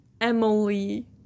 Emily